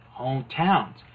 hometowns